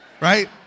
right